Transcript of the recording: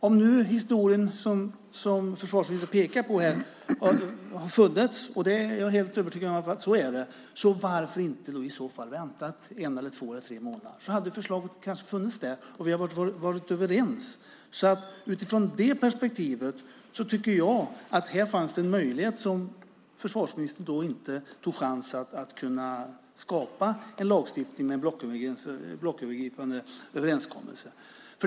Om nu den historia som försvarsministern pekade på här har funnits, och det är jag helt övertygad om, så varför väntade man då inte en, två eller tre månader? Då hade förslaget kanske funnits där, och vi hade varit överens. Utifrån detta perspektiv tycker jag att försvarsministern inte tog den möjlighet som fanns att skapa en lagstiftning genom en blocköverskridande överenskommelse.